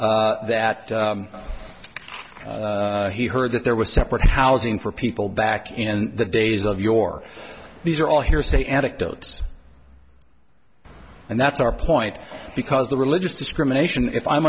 that he heard that there was separate housing for people back in the days of your these are all hearsay anecdotes and that's our point because the religious discrimination if i'm